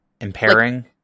Impairing